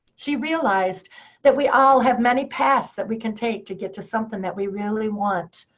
she realized that we all have many paths that we can take to get to something that we really want.